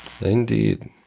Indeed